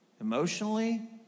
emotionally